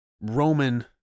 Roman